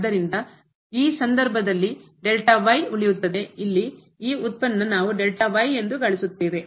ಆದ್ದರಿಂದ ಈ ಸಂದರ್ಭದಲ್ಲಿ ಉಳಿಯುತ್ತದೆ ಇಲ್ಲಿ ಈ ಉತ್ಪನ್ನ ನಾವು ಎಂದು ಗಳಿಸುತ್ತೇವೆ